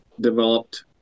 developed